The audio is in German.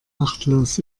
achtlos